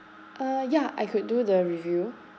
uh ya I could do the review